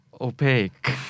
opaque